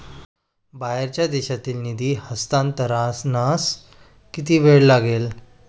बाहेरच्या देशात निधी हस्तांतरणास किती वेळ लागेल?